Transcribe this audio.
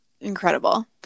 incredible